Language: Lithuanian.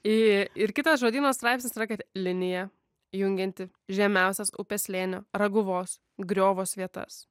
ir kitas žodyno straipsnis yra kad linija jungianti žemiausias upės slėnio raguvos griovos vietas